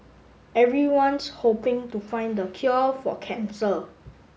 everyone's hoping to find the cure for cancer